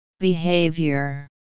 Behavior